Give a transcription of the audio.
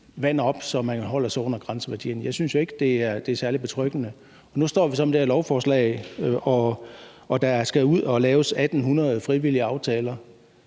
vand op, så man holder sig under grænseværdierne. Jeg synes jo ikke, det er særlig betryggende. Nu står vi så med det her lovforslag, og der skal laves 1.800 frivillige aftaler,